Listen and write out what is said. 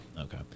Okay